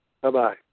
Bye-bye